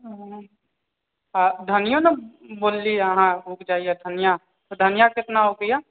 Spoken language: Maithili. ओ तऽ धनियाँ ने बोलली अहाँ उपजैए धनियाँ तऽ धनियाँ केतना होइए